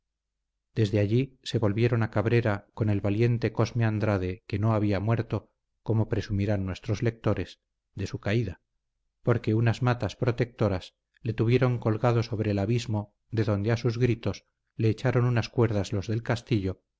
desde allí se volvieron a cabrera con el valiente cosme andrade que no había muerto como presumirán nuestros lectores de su caída porque unas matas protectoras le tuvieron colgado sobre el abismo de donde a sus gritos le echaron unas cuerdas los del castillo